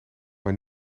maar